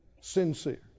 sincere